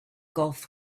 golf